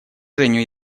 женю